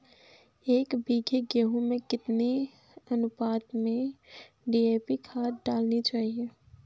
एक बीघे गेहूँ में कितनी अनुपात में डी.ए.पी खाद डालनी चाहिए?